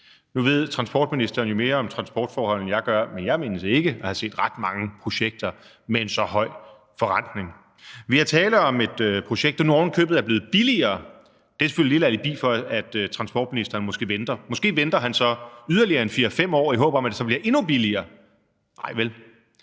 Nu ved transportministeren jo mere om transportforhold, end jeg gør, men jeg mindes ikke at have set ret mange projekter med en så høj forrentning. Der er tale om et projekt, der nu ovenikøbet er blevet billigere – det er selvfølgelig et lille alibi for, at transportministeren måske venter. Måske venter han så yderligere 4-5 år i håbet om, at det så bliver endnu billigere. Nej, vel?